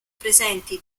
presenti